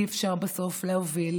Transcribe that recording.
אי-אפשר בסוף להוביל